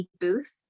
booth